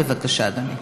בבקשה, אדוני.